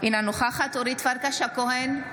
אינה נוכחת אורית פרקש הכהן,